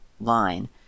line